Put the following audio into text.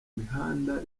mihanda